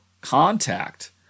contact